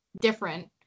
different